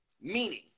meaning